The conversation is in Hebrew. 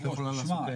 תשמע,